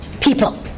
People